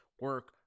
Work